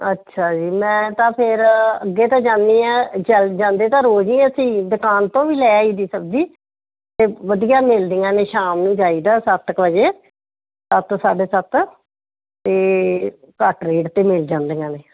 ਅੱਛਾ ਜੀ ਮੈਂ ਤਾਂ ਫਿਰ ਅੱਗੇ ਤਾਂ ਜਾਂਦੀ ਹਾਂ ਚਲ ਜਾਂਦੇ ਤਾਂ ਰੋਜ਼ ਹੀ ਅਸੀਂ ਦੁਕਾਨ ਤੋਂ ਵੀ ਲੈ ਆਈ ਦੀ ਸਬਜ਼ੀ ਤਾਂ ਵਧੀਆ ਮਿਲਦੀਆਂ ਨੇ ਸ਼ਾਮ ਨੂੰ ਜਾਈਦਾ ਸੱਤ ਕੁ ਵਜੇ ਸੱਤ ਸਾਢੇ ਸੱਤ ਅਤੇ ਘੱਟ ਰੇਟ 'ਤੇ ਮਿਲ ਜਾਂਦੀਆਂ ਨੇ